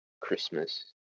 Christmas